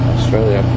Australia